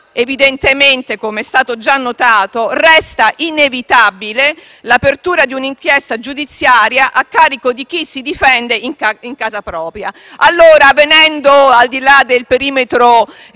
evidentemente - come è già stato notato - resta inevitabile l'apertura di un'inchiesta giudiziaria a carico di chi si difende in casa propria. Al di là del perimetro